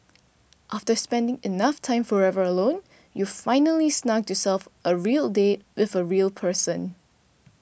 after spending enough time forever alone you've finally snugged yourself a real date with a real person